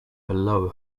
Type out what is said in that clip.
below